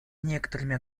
некоторыми